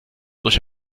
durch